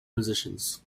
positions